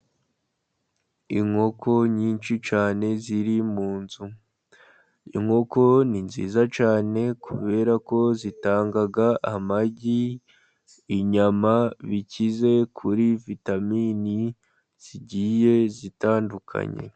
Inkoko nyinshi cyane, ziri mu nzu . Inkoko, ni nziza cyane , kubera ko zitanga amagi, inyama, bikize kuri vitamini zigiye zitandukanye .